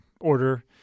order